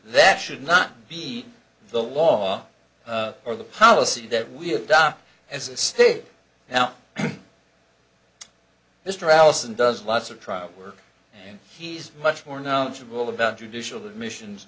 that should not be the law or the policy that we adopt as a state now mr allison does lots of trial work and he's much more knowledgeable about judicial admissions